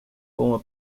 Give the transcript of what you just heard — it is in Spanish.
como